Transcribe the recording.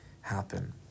happen